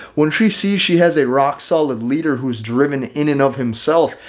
when she sees she has a rock solid leader who's driven in and of himself.